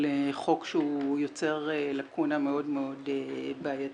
חוק שהוא יוצר לאקונה מאוד בעייתית.